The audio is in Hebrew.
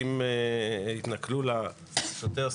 ואם התנכלו לאותו שוטר,